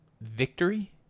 victory